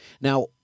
Now